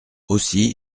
aussi